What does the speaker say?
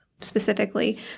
specifically